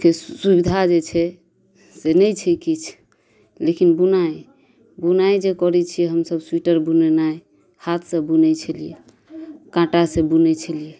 के सुविधा जे छै से नहि छै किछु लेकिन बुनाइ बुनाइ जे करै छियै हमसब स्वीटर बुनेनाइ हाथ से बुनै छलियै काँटा से बुनै छलियै